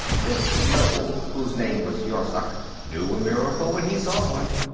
this noble, whose name was yorzuk, knew a miracle when he saw one,